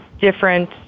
different